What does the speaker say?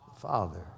Father